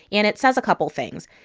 and it says a couple things.